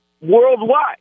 worldwide